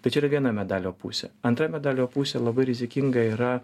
tai čia yra viena medalio pusė antra medalio pusė labai rizikinga yra